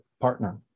partner